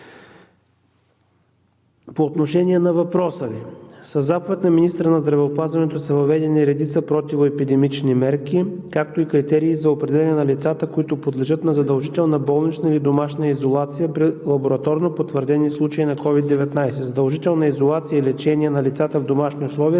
По отношение на въпроса Ви – със заповед на министъра на здравеопазването са въведени редица противоепидемични мерки, както и критерии за определяне на лицата, които подлежат на задължителна болнична или домашна изолация при лабораторно потвърдени случаи на COVID-19. Задължителна изолация и лечение на лицата в домашни условия